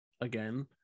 Again